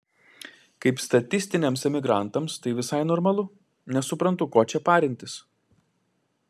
kaip statistiniams emigrantams tai visai normalu nesuprantu ko čia parintis